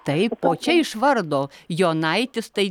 taip o čia iš vardo jonaitis tai